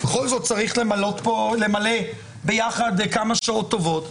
בכל זאת צריך למלא פה כמה שעות טובות.